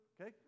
Okay